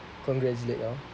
congratulate lor